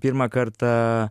pirmą kartą